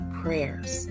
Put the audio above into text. prayers